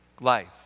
life